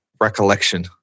recollection